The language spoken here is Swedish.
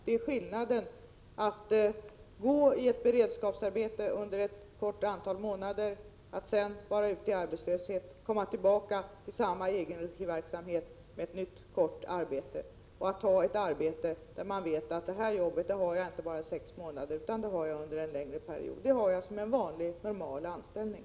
Det är skillnad mellan att gå i ett beredskapsarbete under ett antal månader, gå ut i arbetslöshet och sedan komma tillbaka till samma egenregiverksamhet för ett nytt kortvarigt arbete och att ha ett arbete där man vet att det här jobbet har man inte bara i sex månader utan under en längre period. Det har man som en vanlig normal anställning.